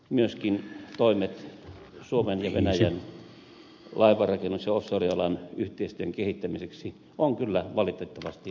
myöskin toimet suomen ja venäjän laivanrakennus ja offshore alan yhteistyön kehittämiseksi on kyllä valitettavasti laiminlyöty